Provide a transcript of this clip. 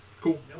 Cool